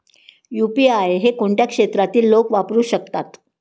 UPI हे कोणत्या क्षेत्रातील लोक वापरू शकतात?